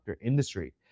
industry